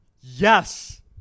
Yes